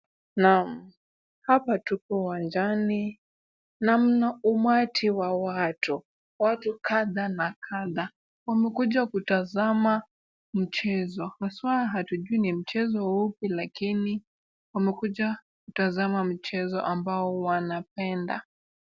Naam, hapa tupo uwanjani na mna umati wa watu. Watu kadha na kadha wamekuja kutazama mchezo haswaa hatujui ni mchezo upi lakini wamekuja kutazama mchezo ambao wanapenda.